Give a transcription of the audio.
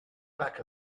back